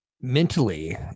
Mentally